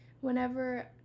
whenever